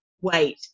wait